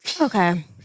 Okay